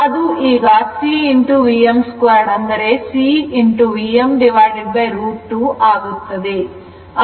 ಅದು ಈಗ C Vm 2 ಅಂದರೆ C Vm√ 2 ಆಗುತ್ತದೆ